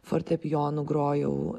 fortepijonu grojau